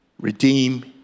redeem